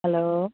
hello